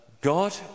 God